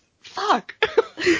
Fuck